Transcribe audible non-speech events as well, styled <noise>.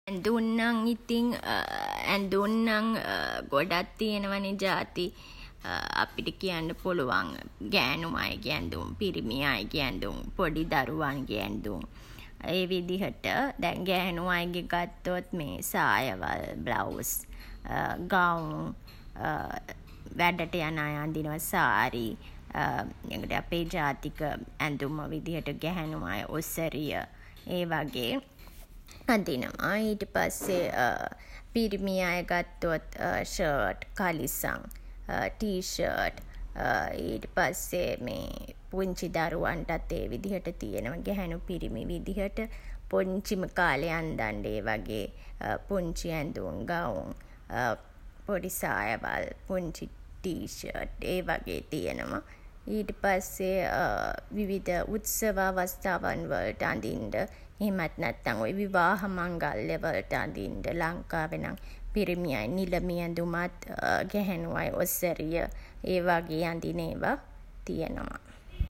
ඇඳුම් නම් ඉතින් <hesitation> ඇඳුම් නම් <hesitation> ගොඩක් තියෙනවා නේ ජාති. අපිට කියන්න පුළුවන් ගෑණු අයගේ ඇඳුම්, පිරිමි අයගේ ඇඳුම්, පොඩි දරුවන්ගේ ඇඳුම් ඒ විදිහට. දැන් ගැහැණු අයගේ ගත්තොත් මේ සායවල්, බ්ලවුස් <hesitation> ගවුම් <hesitation> වැඩට යන අය අඳිනවා සාරි <hesitation> අපේ ජාතික ඇඳුම විදිහට ගැහැණු අය ඔසරිය ඒ වගේ අඳිනවා. <hesitation> ඊට පස්සේ <hesitation> පිරිමි අය ගත්තොත් ෂර්ට්, කලිසම් <hesitation> ටී ෂර්ට්. <hesitation> ඊට පස්සේ <hesitation> පුංචි දරුවන්ටත් ඒ විදිහට තියනවා ගැහැණු පිරිමි විදිහට. පුංචිම කාලේ අන්දන්න ඒ වගේ පුංචි ඇඳුම්, ගවුම් <hesitation> පොඩි සායවල්, පුංචි ටී ෂර්ට් ඒ වගේ තියනවා. ඊට පස්සේ <hesitation> විවිධ උත්සව අවස්ථාවන් වලට අඳින්ඩ එහෙම නැත්තන් ඔය විවාහ මංගල්‍ය වලට අඳින්ඩ ලංකාවේ නම් පිරිමි අය නිළමේ ඇඳුමත් <hesitation> ගැහැණු අය ඔසරිය ඒ වගේ අඳින ඒවා තියනවා.